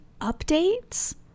updates